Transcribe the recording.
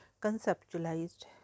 conceptualized